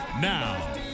Now